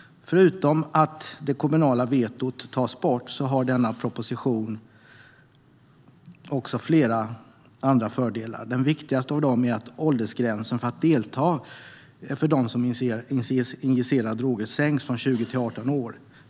Förutom att det kommunala vetot tas bort har denna proposition flera andra fördelar. Den viktigaste av dem är att åldersgränsen för att delta för dem som injicerar droger sänks från 20 till 18 år.